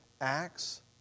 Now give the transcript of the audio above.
acts